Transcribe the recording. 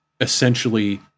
essentially